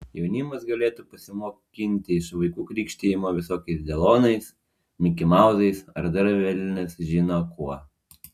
jaunimas galėtų pasimokinti iš vaikų krikštijimo visokiais delonais mikimauzais ar dar velnias žino kuo